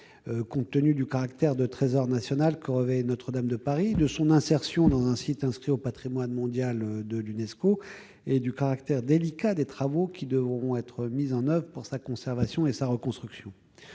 compte tenu du caractère de trésor national que revêt Notre-Dame de Paris, de son insertion dans un site inscrit au patrimoine mondial de l'Unesco et du caractère délicat des travaux qui devront être mis en oeuvre pour sa conservation et sa reconstruction.